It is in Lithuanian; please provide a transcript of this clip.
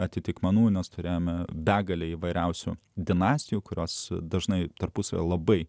atitikmenų nes turėjome begalę įvairiausių dinastijų kurios dažnai tarpusavyje labai